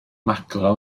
maglau